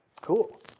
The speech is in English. Cool